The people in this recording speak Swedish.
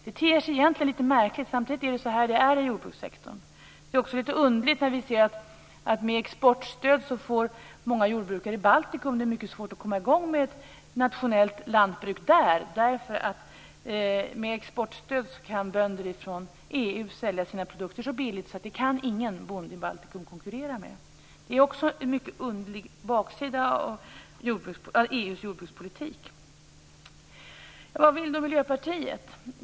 Det ter sig litet märkligt. Samtidigt är det så här det är i jordbrukssektorn. Det är också underligt när vi ser att med exportstöd får många jordbrukare i Baltikum mycket svårt att komma i gång med ett nationellt lantbruk, därför att med exportstöd kan bönder från EU sälja sina produkter så billigt att ingen bonde i Baltikum kan konkurrera med det. Det är också en mycket underlig baksida av EU:s jordbrukspolitik. Vad vill då Miljöpartiet?